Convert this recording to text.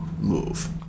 move